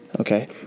Okay